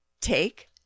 Take